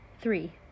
Three